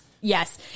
Yes